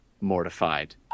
mortified